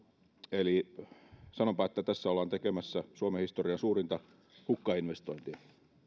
eli sanonpa että tässä ollaan tekemässä suomen historian suurinta hukkainvestointia